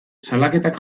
salaketak